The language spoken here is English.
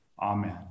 Amen